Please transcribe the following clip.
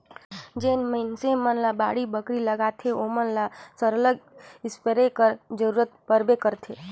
जेन मइनसे मन बाड़ी बखरी लगाथें ओमन ल सरलग इस्पेयर कर जरूरत परबे करथे